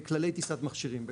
כללי טיסת מכשירים.